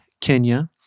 Kenya